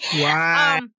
Wow